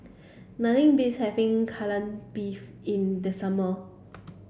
nothing beats having Kai Lan Beef in the summer